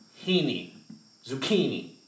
Zucchini